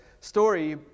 story